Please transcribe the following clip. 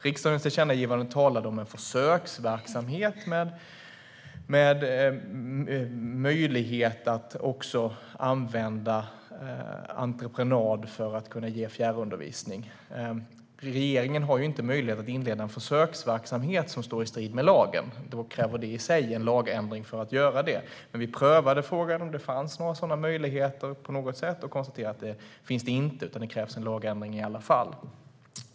Riksdagens tillkännagivande talade om en försöksverksamhet med möjlighet att använda entreprenad för fjärrundervisning. Regeringen har inte möjlighet att inleda en försöksverksamhet som står i strid med lagen. Vi prövade frågan om vilka möjligheter som fanns men fick konstatera att det krävs en lagändring.